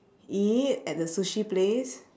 eat at the sushi place